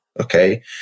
okay